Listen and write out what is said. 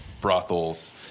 brothels